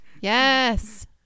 yes